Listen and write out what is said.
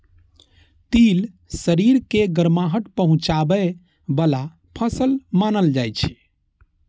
तिल शरीर के गरमाहट पहुंचाबै बला फसल मानल जाइ छै